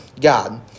God